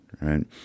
right